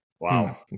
Wow